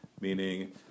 Meaning